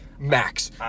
Max